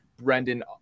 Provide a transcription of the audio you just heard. Brendan